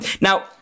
Now